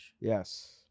Yes